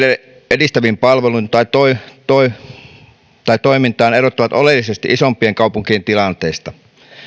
edistäviin palveluihin tai toimintaan eroavat oleellisesti isompien kaupunkien tilanteesta